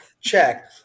check